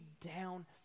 down